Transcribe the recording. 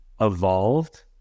evolved